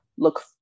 look